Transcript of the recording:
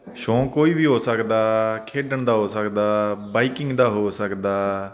ਸ਼ੌਕ ਕੋਈ ਵੀ ਹੋ ਸਕਦਾ ਖੇਡਣ ਦਾ ਹੋ ਸਕਦਾ ਬਾਈਕਿੰਗ ਦਾ ਹੋ ਸਕਦਾ